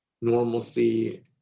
normalcy